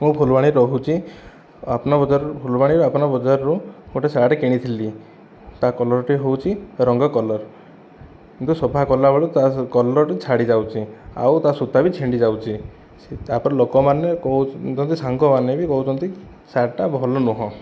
ମୁଁ ଫୁଲବାଣୀରେ ରହୁଛି ଆପ୍ନା ବଜାରରୁ ଫୁଲବାଣୀ ଆପ୍ନା ବଜାରରୁ ଗୋଟିଏ ସାର୍ଟ କିଣିଥିଲି ତା କଲର୍ଟି ହେଉଛି ରଙ୍ଗ କଲର୍ କିନ୍ତୁ ସଫା କଲା ବେଳୁ ତା କଲର୍ଟି ଛାଡ଼ି ଯାଉଛି ଆଉ ତା ସୂତା ବି ଛିଣ୍ଡି ଯାଉଛି ସେ ତାପରେ ଲୋକମାନେ କହୁଛନ୍ତି ଯଦି ସାଙ୍ଗମାନେ ବି କହୁଛନ୍ତି ସାର୍ଟଟା ଭଲ ନୁହଁ